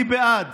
אני בעד.